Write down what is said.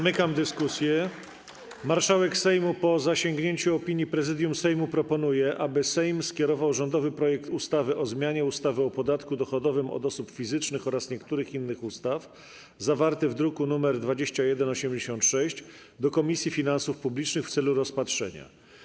Marszałek Sejmu, po zasięgnięciu opinii Prezydium Sejmu, proponuje, aby Sejm skierował rządowy projekt ustawy o zmianie ustawy o podatku dochodowym od osób fizycznych oraz niektórych innych ustaw, zawarty w druku nr 2186, do Komisji Finansów Publicznych w celu rozpatrzenia.